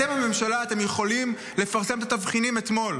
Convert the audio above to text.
אתם הממשלה, אתם יכולים לפרסם את התבחינים אתמול,